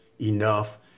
enough